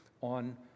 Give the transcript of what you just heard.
on